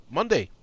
Monday